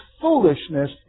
foolishness